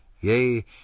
Yea